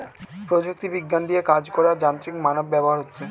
প্রযুক্তি বিজ্ঞান দিয়ে কাজ করার যান্ত্রিক মানব ব্যবহার হচ্ছে